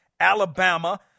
Alabama